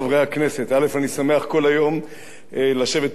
אני שמח לשבת פה בכנסת כל היום ולשמוע